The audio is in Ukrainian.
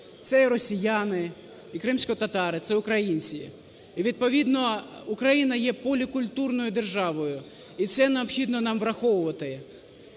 це і росіяни, і кримсько-татари, це українці. І відповідно Україна є полікультурною державою, і це необхідно нам враховувати.